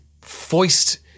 foist